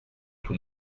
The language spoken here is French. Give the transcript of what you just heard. tous